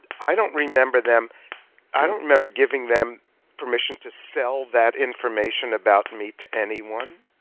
i don't remember them i don't remember giving them permission to sell that information about me to anyone.